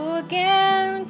again